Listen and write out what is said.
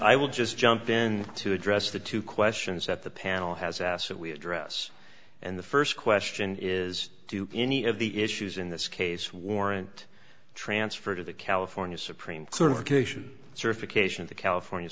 i will just jump in to address the two questions at the panel has asked that we address and the st question is do any of the issues in this case warrant transfer to the california supreme court occasion certification of the california